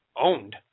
owned